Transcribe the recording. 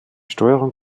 steuerung